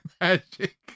Magic